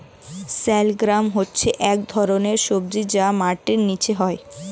শালগ্রাম হচ্ছে এক ধরনের সবজি যা মাটির নিচে হয়